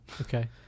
Okay